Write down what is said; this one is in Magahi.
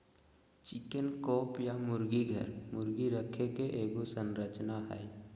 चिकन कॉप या मुर्गी घर, मुर्गी रखे के एगो संरचना हइ